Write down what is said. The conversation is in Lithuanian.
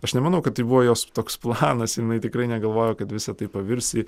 aš nemanau kad tai buvo jos toks planas jinai tikrai negalvojau kad visa tai pavirs į